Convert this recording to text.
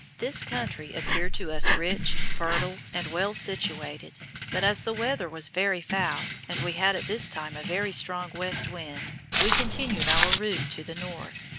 this country appeared to us rich, fertile, and well situated but as the weather was very foul, and we had at this time a very strong west wind, we continued our route to the north.